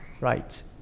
Right